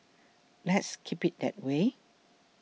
let's keep it that way